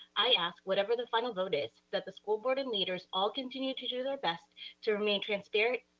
i ask whatever the final vote is that the school board and leaders all continue to do their best to remain transparent,